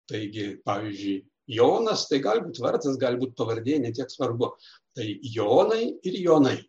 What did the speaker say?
taigi pavyzdžiui jonas tai gali būti vardas galibūt pavardė ne tiek svarbu tai jonai ir jonai